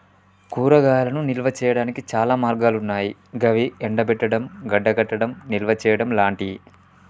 కూరగాయలను నిల్వ చేయనీకి చాలా మార్గాలన్నాయి గవి ఎండబెట్టడం, గడ్డకట్టడం, నిల్వచేయడం లాంటియి